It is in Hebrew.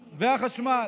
והחשמל,